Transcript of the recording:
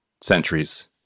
centuries